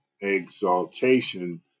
exaltation